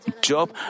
Job